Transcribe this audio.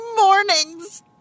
mornings